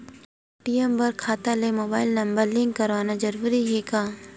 ATM बर खाता ले मुबाइल नम्बर लिंक करवाना ज़रूरी हवय का?